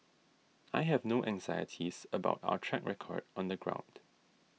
I have no anxieties about our track record on the ground